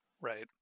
right